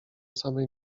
samej